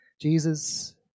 Jesus